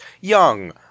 young